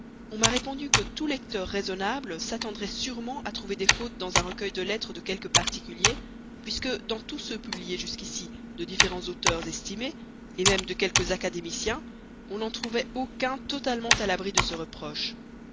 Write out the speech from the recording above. on m'a répondu que tout lecteur raisonnable s'attendrait sûrement à trouver des fautes dans un recueil de lettres de quelques particuliers puisque dans tous ceux publiés jusqu'ici de différents auteurs estimés même de quelques académiciens on n'en trouvait aucun totalement à l'abri de ce reproche